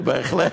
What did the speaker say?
בהחלט.